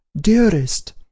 dearest